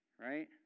right